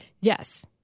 yes